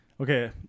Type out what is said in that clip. Okay